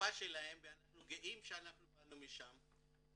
השפה שלהם ואנחנו גאים שאנחנו באנו משם.